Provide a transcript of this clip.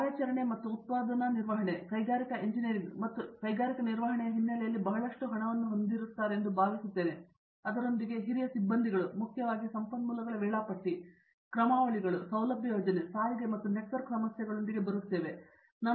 ಕಾರ್ಯಾಚರಣೆ ಮತ್ತು ಉತ್ಪಾದನಾ ನಿರ್ವಹಣೆ ಇದು ಕೈಗಾರಿಕಾ ಇಂಜಿನಿಯರಿಂಗ್ ಮತ್ತು ಕೈಗಾರಿಕಾ ನಿರ್ವಹಣೆಯ ಹಿನ್ನೆಲೆಯಲ್ಲಿ ಬಹಳಷ್ಟು ಹಣವನ್ನು ಹೊಂದುತ್ತದೆ ಎಂದು ನಾನು ಭಾವಿಸುತ್ತೇನೆ ಅದರೊಂದಿಗೆ ಹಿರಿಯ ಸಿಬ್ಬಂದಿಗಳು ಮುಖ್ಯವಾಗಿ ಸಂಪನ್ಮೂಲಗಳ ವೇಳಾಪಟ್ಟಿ ಕ್ರಮಾವಳಿಗಳು ಸೌಲಭ್ಯ ಯೋಜನೆ ಸಾರಿಗೆ ಮತ್ತು ನೆಟ್ವರ್ಕ್ ಸಮಸ್ಯೆಗಳೊಂದಿಗೆ ಬರುತ್ತಿತ್ತು